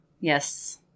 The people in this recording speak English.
Yes